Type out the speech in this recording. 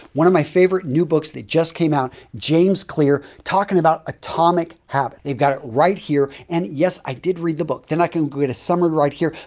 one of my favorite new books they just came out, james clear talking about atomic habits. they've got it right here. and, yes, i did read the book, then i can get the summary right here.